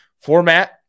format